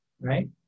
right